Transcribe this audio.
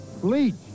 Bleach